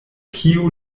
kiu